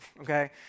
okay